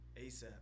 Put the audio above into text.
ASAP